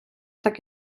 так